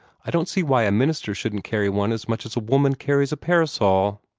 i don't see why a minister shouldn't carry one as much as a woman carries a parasol.